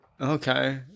Okay